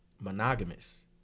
monogamous